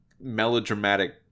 melodramatic